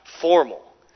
formal